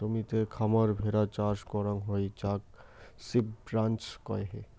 জমিতে খামার ভেড়া চাষ করাং হই যাক সিপ রাঞ্চ কহে